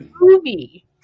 movie